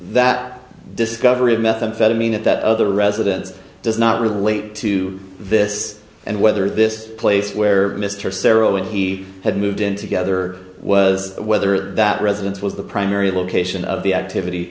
that discovery of methamphetamine at that other residents does not relate to this and whether this place where mr sara when he had moved in together was whether that residence was the primary location of the activity